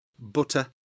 Butter